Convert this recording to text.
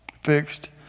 fixed